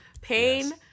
pain